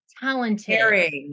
talented